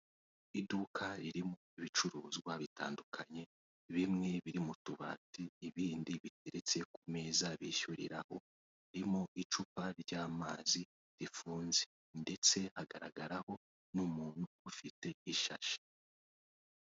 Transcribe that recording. Iduka ririmo ibicuruzwa bitandukanye bimwe biri mu tubati ibindi biteretse ku meza bishyuriraho, harimo icupa ry'amazi rifunze, ndetse hagaragaraho n'umuntu ufite ishashi.